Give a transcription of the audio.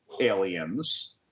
aliens